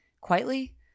quietly